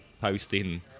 posting